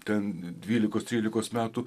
ten dvylikos trylikos metų